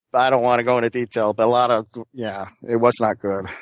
but i don't want to go into detail. but a lot of yeah, it was not good.